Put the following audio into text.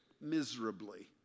miserably